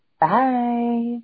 Bye